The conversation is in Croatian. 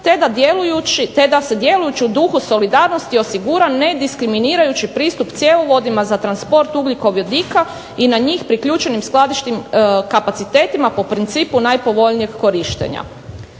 te da se djelujući u duhu solidarnosti osigura nediskriminirajući pristup cjevovodima za transport ugljikovodika i na njih priključenim skladišnim kapacitetima po principu najpovoljnijeg korištenja.